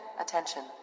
Attention